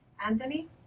Anthony